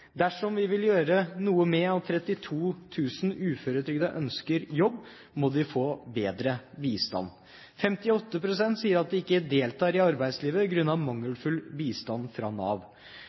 Dersom vi vil gjøre noe med at 32 000 uføretrygdede ønsker jobb, må de få bedre bistand. 58 pst. sier at de ikke deltar i arbeidslivet grunnet mangelfull bistand fra Nav.